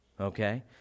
okay